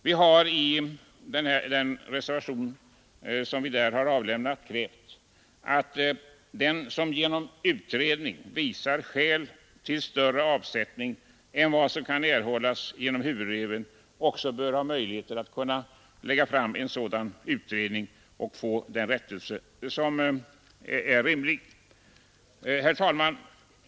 Vi har i reservationen krävt att den som genom utredning visar skäl för större avsättning än vad som kan erhållas genom huvudregeln också bör ha möjligheter att få den rättelse som är rimlig. Herr talman!